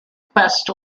quest